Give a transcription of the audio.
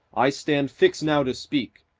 i stand fixed now to speak,